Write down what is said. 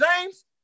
James